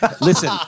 Listen